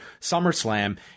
SummerSlam